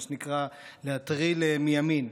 מה שנקרא להטריל מימין,